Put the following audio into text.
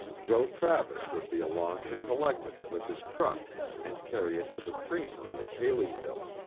joe travis would be along to collect it with his truck and carry it to the creamery at haleyville.